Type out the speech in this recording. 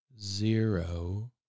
Zero